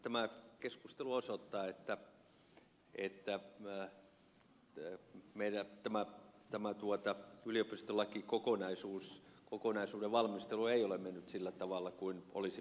tämä keskustelu osoittaa että tämä yliopistolakikokonaisuuden valmistelu ei ole mennyt sillä tavalla kuin olisi pitänyt mennä